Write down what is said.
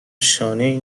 شانهای